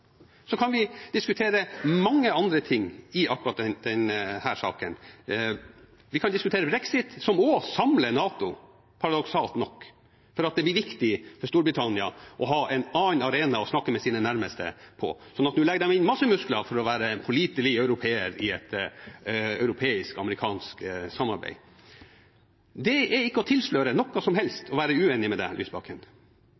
Vi kan diskutere mange andre ting i akkurat denne saken. Vi kan diskutere brexit, som også samler NATO – paradoksalt nok – fordi det blir viktig for Storbritannia å ha en annen arena å snakke med sine nærmeste på. Så nå legger de inn masse muskler for å være pålitelige europeere i et europeisk-amerikansk samarbeid. Det er ikke å tilsløre noe som